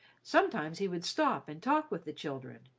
sometimes he would stop and talk with the children,